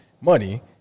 money